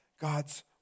God's